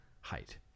height